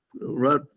right